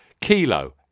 Kilo